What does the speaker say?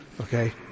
okay